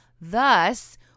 Thus